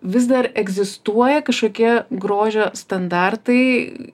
vis dar egzistuoja kažkokie grožio standartai